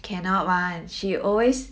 cannot [one] she always